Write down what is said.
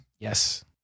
Yes